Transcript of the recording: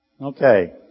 Okay